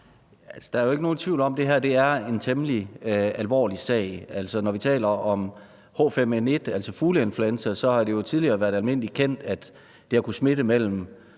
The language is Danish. der er jo ikke nogen tvivl om, at det her er en temmelig alvorlig sag. Når vi taler om H5N1, altså fugleinfluenza, har det jo tidligere været almindeligt kendt, at det har kunnet smitte mellem